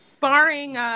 Barring